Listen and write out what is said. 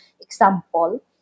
example